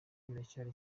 biracyari